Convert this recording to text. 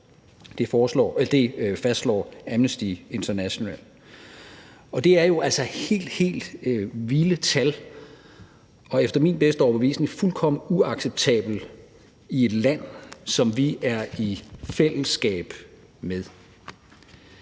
Det fastslår Amnesty International. Det er jo altså et helt, helt vildt tal og efter min bedste overbevisning fuldstændig uacceptabelt i et land, som vi er i et fællesskab med.